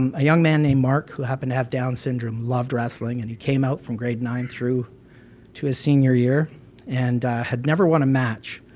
um a young man named mark who happened to have downs syndrome, loved wrestling, and he came out from grade nine through to his senior year and had never won a match.